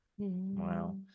Wow